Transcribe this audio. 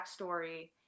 backstory